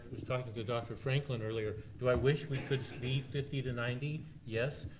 talking to to dr. franklin earlier, do i wish we could be fifty to ninety? yes,